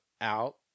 out